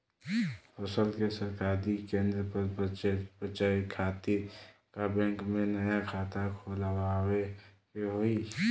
फसल के सरकारी केंद्र पर बेचय खातिर का बैंक में नया खाता खोलवावे के होई?